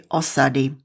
osady